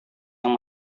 yang